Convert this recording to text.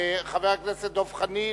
חבר הכנסת דב חנין,